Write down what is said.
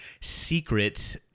secret